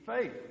faith